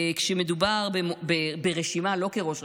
כשמדובר ברשימה, לא כראש רשות.